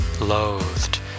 loathed